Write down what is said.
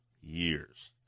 years